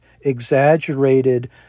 exaggerated